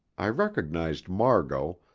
i recognised margot,